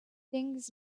things